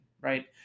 Right